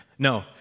No